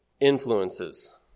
influences